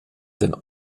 den